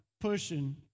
pushing